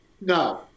No